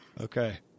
Okay